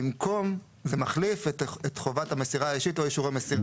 זה מחליף את חובת המסירה האישית לאישור המסירה.